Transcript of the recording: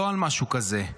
לא על משהו כזה.